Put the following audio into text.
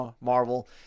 Marvel